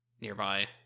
nearby